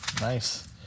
Nice